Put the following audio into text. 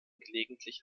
gelegentlich